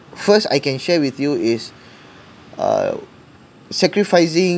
first I can share with you is uh sacrificing